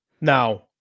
Now